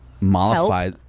mollify